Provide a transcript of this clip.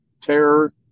terror